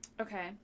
Okay